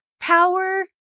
power